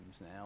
now